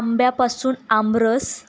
आंब्यापासून आमरस